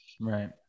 Right